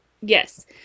yes